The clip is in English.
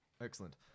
Excellent